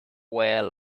were